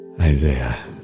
isaiah